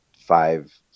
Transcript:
five